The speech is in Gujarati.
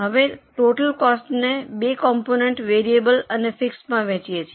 હવે અમે ટોટલ કોસ્ટને બે કોમ્પોનેન્ટ વેરિયેબલ અને ફિક્સડમાં વહેંચીએ છીએ